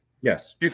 Yes